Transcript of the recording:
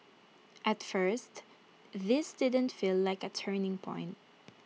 at first this didn't feel like A turning point